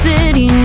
City